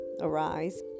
arise